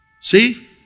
See